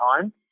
time